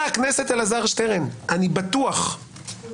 אני בטוח,